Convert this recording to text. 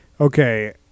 okay